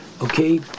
Okay